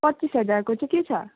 पच्चिस हजारको चैँ चाहिँ छ